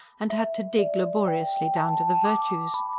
and had to dig laboriously down to the virtues.